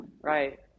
right